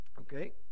Okay